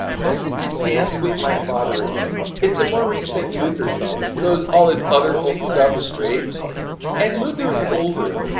listen to dance with my father again. it's a more recent luther song, those all his other old stuff is great and luther is older,